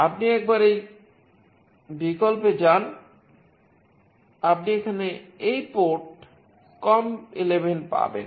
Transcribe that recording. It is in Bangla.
আপনি একবার এই বিকল্পে যান আপনি এখানে এই পোর্ট com11 পাবেন